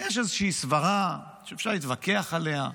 יש איזושהי סברה, שאפשר להתווכח עליה,